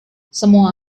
semua